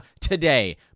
today